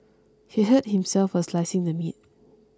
he hurt himself while slicing the meat